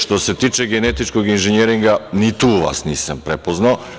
Što se tiče genetičkog inženjeringa, ni tu vas nisam prepoznao.